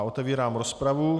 Otevírám rozpravu.